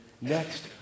Next